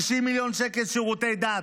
60 מיליון שקל לשירותי דת.